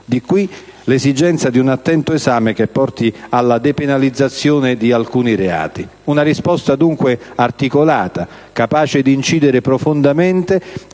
Di qui l'esigenza di un attento esame che porti alla depenalizzazione di alcuni reati. Una risposta, dunque, articolata, capace di incidere profondamente,